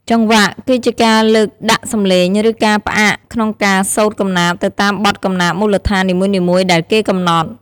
ចង្វាក់ គឺជាការលើកដាក់សំឡេង ឬការផ្អាកក្នុងការសូត្រកំណាព្យទៅតាមបទកំណាព្យមូលដ្ឋាននីមួយៗដែលគេកំណត់។